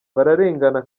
bararengana